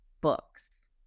books